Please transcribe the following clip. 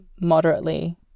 moderately